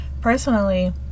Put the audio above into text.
Personally